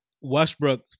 Westbrook